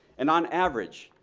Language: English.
and on average,